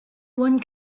one